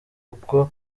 kuko